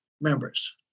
members